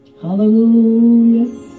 Hallelujah